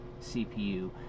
CPU